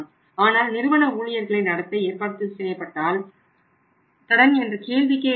ஆனால் நிறுவன ஊழியர்களை கொண்டு நடத்த ஏற்பாடு செய்யப்பட்டால் கடன் என்ற கேள்விக்கே இடமில்லை